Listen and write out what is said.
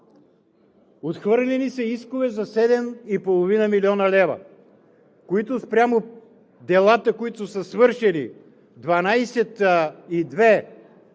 Отхвърлени са искове за 7,5 млн. лв., които спрямо делата, които са свършили – 12,2